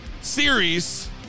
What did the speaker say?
series